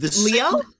Leo